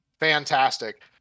Fantastic